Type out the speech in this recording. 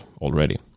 already